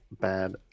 bad